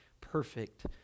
perfect